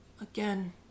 again